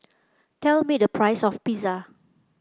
tell me the price of Pizza